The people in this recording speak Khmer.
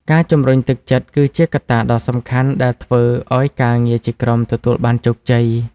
ការជំរុញទឹកចិត្តគឺជាកត្តាដ៏សំខាន់ដែលធ្វើឲ្យការងារជាក្រុមទទួលបានជោគជ័យ។